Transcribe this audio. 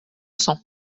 cents